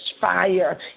fire